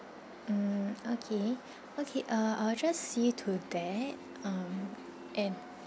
mm okay okay uh I'll just see to there um and